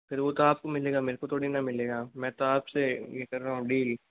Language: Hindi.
फिर वो तो आप को मिलेगा मेरे को थोड़ी ना मिलेगा मैं तो आप से ये कर रहा हूँ डील